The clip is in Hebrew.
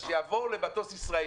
אז שיעבור למטוס ישראלי.